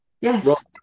Yes